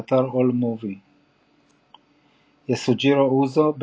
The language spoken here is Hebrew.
באתר AllMovie יסוג'ירו אוזו,